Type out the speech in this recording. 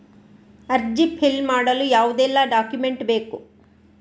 ಅರ್ಜಿ ಫಿಲ್ ಮಾಡಲು ಯಾವುದೆಲ್ಲ ಡಾಕ್ಯುಮೆಂಟ್ ಬೇಕು?